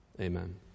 Amen